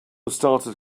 started